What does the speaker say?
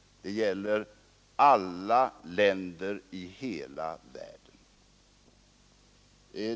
Det gäller alla länder i hela världen.